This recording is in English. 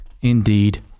indeed